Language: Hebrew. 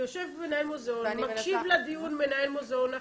יושב מנהל מוזיאון ומקשיב לדיון מנהל מוזיאון אחר.